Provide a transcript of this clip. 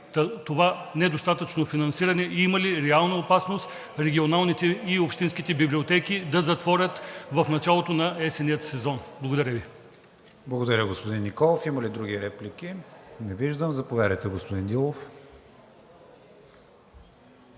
това недостатъчно финансиране има ли реална опасност регионалните и общинските библиотеки да затворят в началото на есенния сезон? Благодаря Ви. ПРЕДСЕДАТЕЛ КРИСТИАН ВИГЕНИН: Благодаря, господин Николов. Има ли други реплики? Не виждам. Заповядайте, господин Дилов.